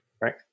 right